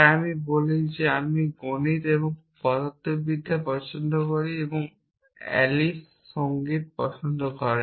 তাই আমি বলি যে আমি গণিত এবং পদার্থবিদ্যা পছন্দ করি এবং অ্যালিস সঙ্গীত পছন্দ করে